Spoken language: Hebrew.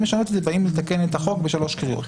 לשנות את זה באים לתקן את החוק בשלוש קריאות.